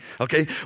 Okay